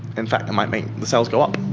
in fact it might make the sales go up.